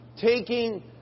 taking